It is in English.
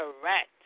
correct